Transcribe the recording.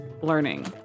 learning